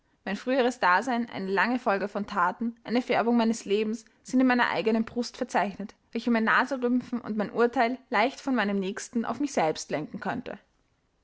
mein früheres dasein eine lange folge von thaten eine färbung meines lebens sind in meiner eigenen brust verzeichnet welche mein naserümpfen und mein urteil leicht von meinem nächsten auf mich selbst lenken könnten